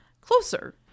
closer